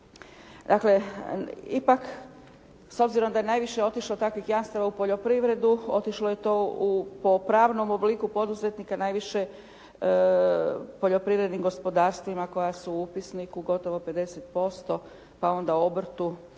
Dakle, ipak s obzirom da je najviše otišlo takvih jamstava u poljoprivredu otišlo je to u po pravnom obliku poduzetnika najviše poljoprivrednim gospodarstvima koja su u upisniku gotovo 50%, pa onda obrtu